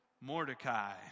Mordecai